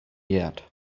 yet